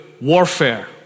Warfare